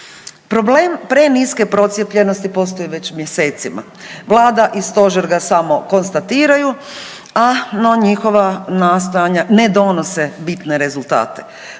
Problem preniske procijepljenosti postoji već mjesecima, vlada i stožer ga samo konstatiraju, a no njihova nastojanja ne donose bitne rezultate.